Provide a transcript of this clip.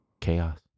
Chaos